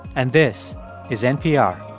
and this is npr